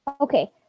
Okay